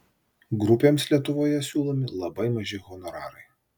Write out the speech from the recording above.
grupėms lietuvoje siūlomi labai maži honorarai